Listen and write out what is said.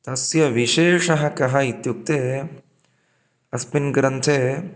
तस्य विशेषः कः इत्युक्ते अस्मिन् ग्रन्थे